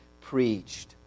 preached